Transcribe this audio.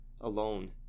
alone